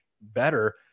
better